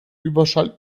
überschall